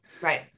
Right